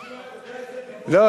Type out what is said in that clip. לא,